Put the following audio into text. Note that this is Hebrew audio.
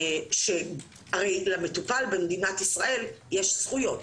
הרי למטופל במדינת ישראל יש זכויות.